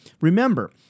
remember